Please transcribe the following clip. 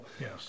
Yes